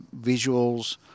visuals